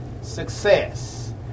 success